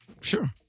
Sure